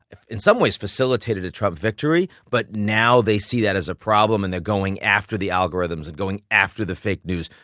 in some ways, facilitated a trump victory. but now they see that as a problem and they're going after the algorithms and going after the fake news.